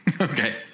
Okay